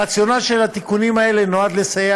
הרציונל של תיקונים אלו הוא הרצון לסייע